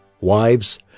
Wives